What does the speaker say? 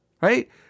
right